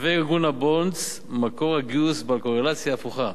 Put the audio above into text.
מהווה ארגון "הבונדס" מקור גיוס בקורלציה ההפוכה.